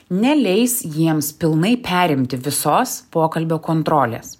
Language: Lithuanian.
neleis jiems pilnai perimti visos pokalbio kontrolės